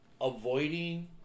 avoiding